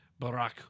Barack